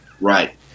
Right